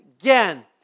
again